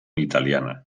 italiana